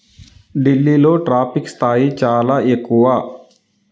ఢిల్లీలో ట్రాఫిక్ స్థాయి చాలా ఎక్కువ